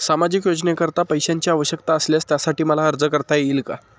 सामाजिक योजनेकरीता पैशांची आवश्यकता असल्यास त्यासाठी मला अर्ज करता येईल का?